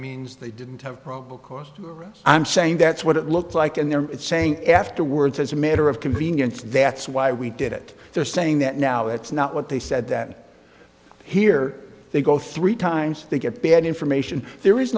means they didn't have probable cause to arrest i'm saying that's what it looks like and they're saying afterwards as a matter of convenience that's why we did it they're saying that now it's not what they said that here they go three times they get bad information there is